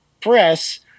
press